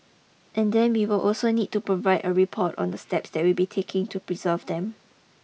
and then we will also need to provide a report on the steps that we be taking to preserve them